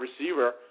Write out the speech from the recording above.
receiver